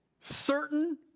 Certain